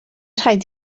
rhaid